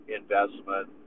investment